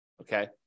Okay